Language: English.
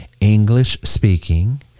English-speaking